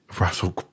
Russell